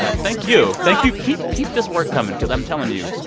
and thank you. thank you. keep keep this work coming because, i'm telling you,